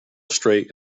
straight